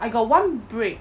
I got one break